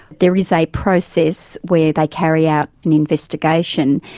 there is a process where they carry out an investigation,